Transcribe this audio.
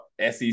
SEC